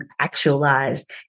actualized